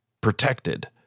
protected